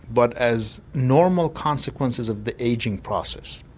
but as normal consequences of the ageing process.